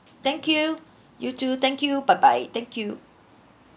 thank you you too thank you bye bye thank you